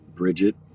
Bridget